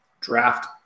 draft